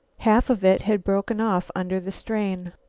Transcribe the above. half of it had broken off under the strain.